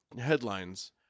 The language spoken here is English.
headlines